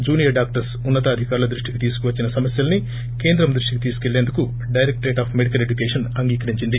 junior doctors ఉన్న తాధికారుల దృష్టికి తీసుకువచ్చిన సమస్యల్ని కేంద్రం దృష్టికి తీసుకెళ్లేందుకు డైరెక్టర్ ఆఫ్ మెడికల్ ఎడ్వుకేషన్ అంగీకరించింది